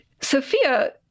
Sophia